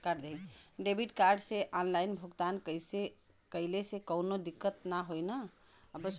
Debit card से online भुगतान कइले से काउनो दिक्कत ना होई न?